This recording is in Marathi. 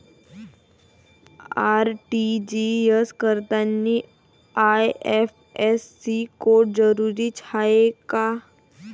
आर.टी.जी.एस करतांनी आय.एफ.एस.सी कोड जरुरीचा हाय का?